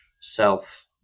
self